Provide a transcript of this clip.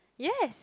yes